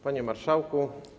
Panie Marszałku!